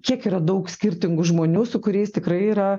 kiek yra daug skirtingų žmonių su kuriais tikrai yra